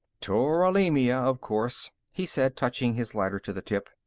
tularemia, of course, he said, touching his lighter to the tip.